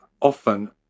often